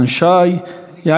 יעל כהן-פארן,